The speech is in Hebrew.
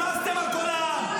נמאסתם על כל העם.